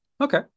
okay